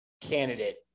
candidate